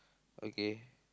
okay